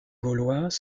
gaulois